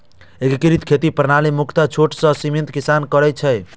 एकीकृत खेती प्रणाली मुख्यतः छोट आ सीमांत किसान खातिर होइ छै